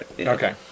Okay